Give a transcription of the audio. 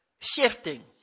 Shifting